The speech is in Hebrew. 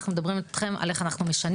אנחנו מדברים איתכם על איך אנחנו משנים